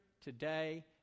today